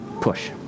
push